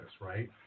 right